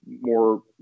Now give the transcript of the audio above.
more